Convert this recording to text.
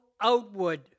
outward